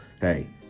Hey